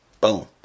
Boom